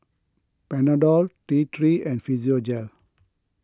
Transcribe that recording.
Panadol T three and Physiogel